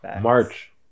March